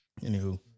Anywho